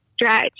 stretch